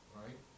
right